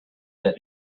that